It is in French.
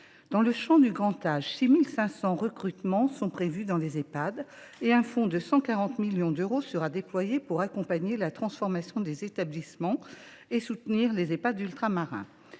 Dans le champ du grand âge, 6 500 recrutements sont prévus dans les Ehpad. En outre, un fonds de 140 millions d’euros sera déployé pour accompagner la transformation des établissements et soutenir les Ehpad ultramarins.